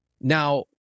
Now